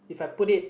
if I put it